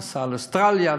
נסע לאוסטרליה,